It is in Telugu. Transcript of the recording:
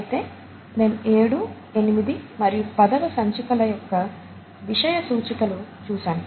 అయితే నేను ఏడు ఎనిమిది మరియు పదవ సంచికల యొక్క విషయ సూచికలు చూసాను